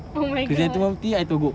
oh my god